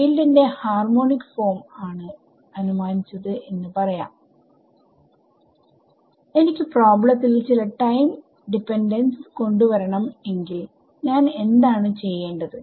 field ന്റെ ഹാർമണിക്ക് form ആണ് അനുമാനിച്ചത് എന്ന് പറയാം എനിക്ക് പ്രോബ്ലത്തിൽ ചില ടൈം ഡിപെൻഡൻസ് കൊണ്ട് വരണം എങ്കിൽ ഞാൻ എന്താണ് ചെയ്യേണ്ടത്